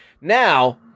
now